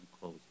close